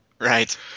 Right